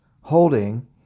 holding